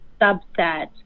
subset